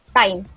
time